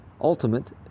Ultimate